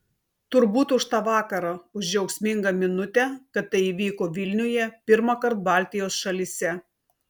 turbūt už tą vakarą už džiaugsmingą minutę kad tai įvyko vilniuje pirmąkart baltijos šalyse